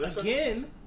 Again